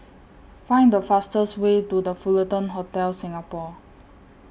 Find The fastest Way to The Fullerton Hotel Singapore